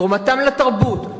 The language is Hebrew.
תרומתם לתרבות,